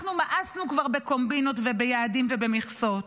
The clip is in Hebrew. כבר מאסנו בקומבינות, ביעדים ובמכסות.